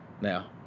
now